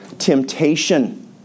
Temptation